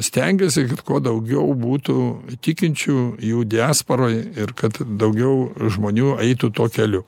stengiasi kad kuo daugiau būtų tikinčių jų diasporoj ir kad daugiau žmonių eitų tuo keliu